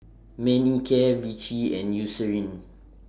Manicare Vichy and Eucerin